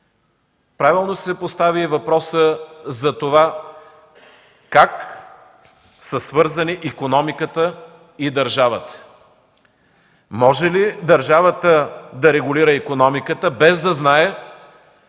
Правилно се поставя въпросът за това как са свързани икономиката и държавата, може ли държавата да регулира икономиката, без да знае